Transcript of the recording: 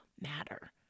matter